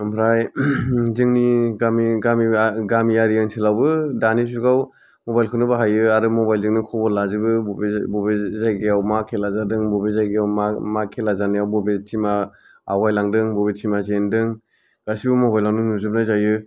आमफ्राय जोंनि गामि गामि आ गामियारि ओनसोलावबो दानि जुगाव मबाइल खौनो बाहायो आरो मबाइल जोंनो खबर लाजोबो बबे जाय बबे जायगायाव मा खेला जादों बबे जायगायाव मा मा खेला जानायाव बबे टिमा आवगायलांदों बबे टिमा जेनदों गासिबो मबाइलावनो नुजोबनाय जायो